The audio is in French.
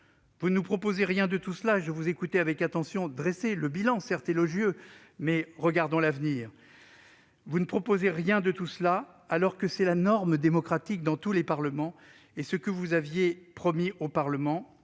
projet du Gouvernement ... Je vous écoutais avec attention dresser ce bilan, certes élogieux, mais regardons l'avenir : vous ne proposez rien de tout cela, alors que c'est la norme démocratique dans tous les parlements et que vous l'aviez promis au Parlement,